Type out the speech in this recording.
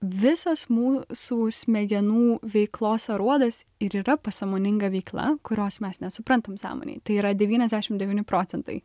visas mūsų smegenų veiklos aruodas ir yra pasąmoninga veikla kurios mes nesuprantam sąmonėj tai yra devyniasdešim devyni procentai